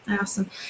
Awesome